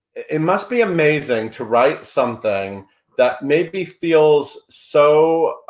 it must be amazing to write something that maybe feels so,